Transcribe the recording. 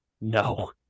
No